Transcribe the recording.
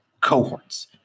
cohorts